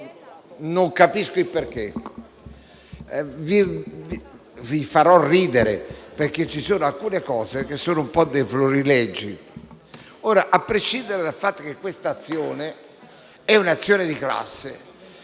Non capisco il perché. Vi farò ridere perché ci sono alcune cose che sono un po' dei florilegi. A prescindere dal fatto che parliamo di *class